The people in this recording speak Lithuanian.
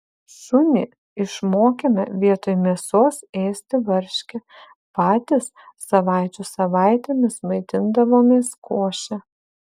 šunį išmokėme vietoj mėsos ėsti varškę patys savaičių savaitėm maitindavomės koše